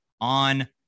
on